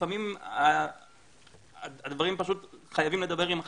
לפעמים הדברים פשוט חייבים לדבר אחד